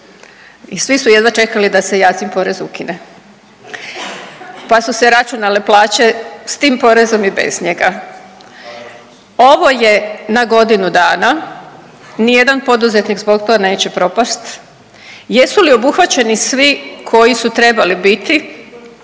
i svi su jedva čekali da se Jacin porez ukine pa su se računale plaće s tim porezom i bez njega. Ovo je na godinu dana, nijedan poduzetnik zbog toga neće propasti, jesu li obuhvaćeni svi koji su trebali biti,